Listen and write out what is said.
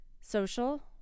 Social